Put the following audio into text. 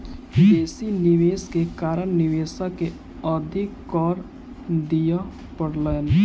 बेसी निवेश के कारण निवेशक के अधिक कर दिअ पड़लैन